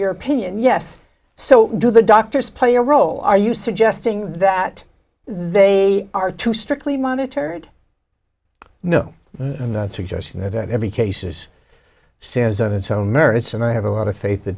your opinion yes so do the doctors play a role are you suggesting that they are too strictly monitored no i'm not suggesting that every case is stands on its own merits and i have a lot of faith th